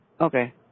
Okay